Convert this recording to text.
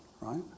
right